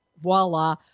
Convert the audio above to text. voila